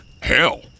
Hell